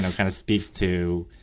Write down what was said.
and kind of speaks to,